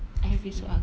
I feel you